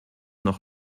noch